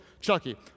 Chucky